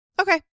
Okay